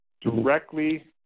directly